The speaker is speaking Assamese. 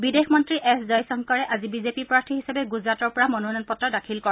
বিদেশমন্ত্ৰী এচ জয়শংকৰে আজি বিজেপি প্ৰাৰ্থী হিচাপে গুজৰাটৰ পৰা মনোনয়ন পত্ৰ দাখিল কৰে